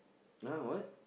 now what